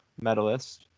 medalist